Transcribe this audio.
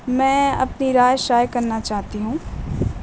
میں اپنی رائے شائع کرنا چاہتی ہوں